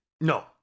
no